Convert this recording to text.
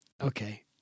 okay